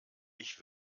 ich